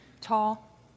tall